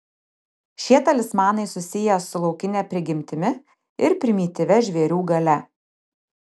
šie talismanai susiję su laukine prigimtimi ir primityvia žvėrių galia